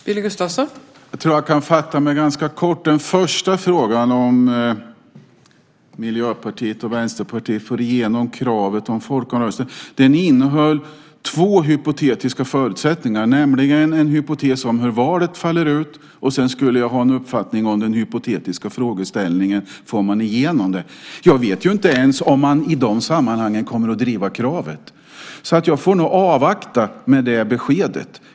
Fru talman! Jag tror att jag kan fatta mig ganska kort. Den första frågan om huruvida Miljöpartiet och Vänsterpartiet får igenom kravet på folkomröstning innehöll två hypotetiska förutsättningar, nämligen en hypotes om hur valet faller ut, och sedan skulle jag ha en uppfattning om den hypotetiska frågeställningen om man får igenom det. Jag vet inte ens om man i dessa sammanhang kommer att driva detta krav. Jag får nog avvakta med det beskedet.